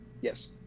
Yes